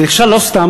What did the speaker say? זה נכשל לא סתם.